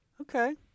Okay